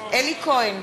בעד אלי כהן,